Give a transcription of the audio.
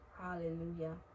Hallelujah